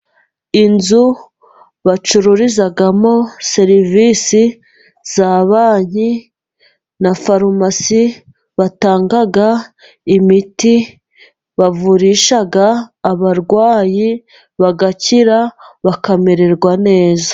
Inzu bacururizamo serivisi za banki na farumasi batanga imiti bavurisha abarwayi bagakira bakamererwa neza.